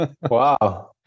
wow